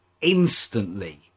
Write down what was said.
instantly